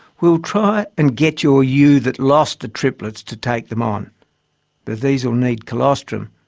we'll try and get your ewe that lost the triplets to take them on. but these will need colostrum,